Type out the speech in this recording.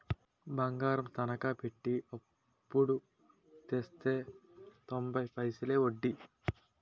బంగారం తనకా పెట్టి అప్పుడు తెస్తే తొంబై పైసలే ఒడ్డీ